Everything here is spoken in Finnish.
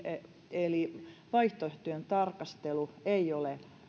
eli vaihtoehtojen tarkastelu ei ole